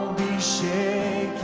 shaking